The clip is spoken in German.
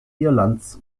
irlands